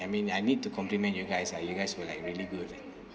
I mean I need to compliment you guys ah you guys were like really good